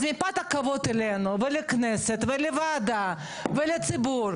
אז מפאת הכבוד אלינו ולכנסת ולוועדה ולציבור,